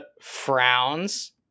frowns